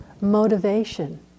motivation